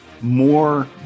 more